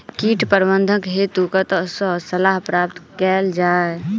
कीट प्रबंधन हेतु कतह सऽ सलाह प्राप्त कैल जाय?